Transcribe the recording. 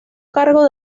cargo